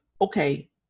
okay